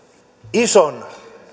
ison